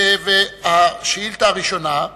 לשאילתא הראשונה,